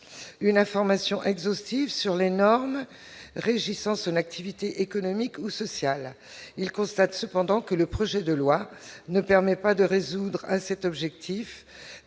une information exhaustive sur les normes régissant son activité économique ou sociale, il constate cependant que le projet de loi ne permet pas de résoudre à cet objectif